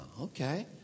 okay